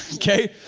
okay?